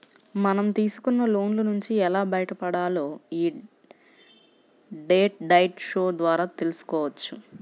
మనం తీసుకున్న లోన్ల నుంచి ఎలా బయటపడాలో యీ డెట్ డైట్ షో ద్వారా తెల్సుకోవచ్చు